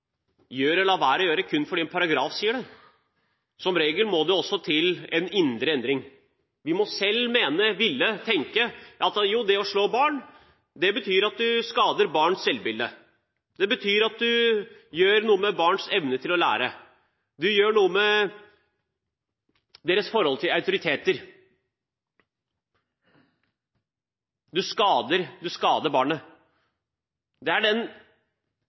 må selv mene og ville, tenke at det å slå barn betyr at man skader barnets selvbilde. Det betyr at man gjør noe med barnets evne til å lære. Man gjør noe med dets forhold til autoriteter. Man skader barnet. Det er den